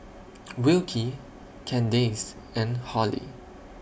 Wilkie Candace and Hollie